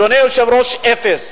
אדוני היושב-ראש, אפס.